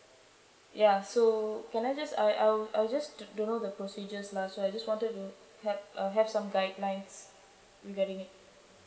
ya so can I just I'll I'll I'll just don't know the procedures lah so I just wanted to like uh have some guideline regarding it